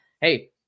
Hey